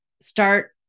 start